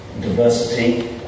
diversity